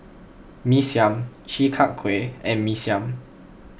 Mee Siam Chi Kak Kuih and Mee Siam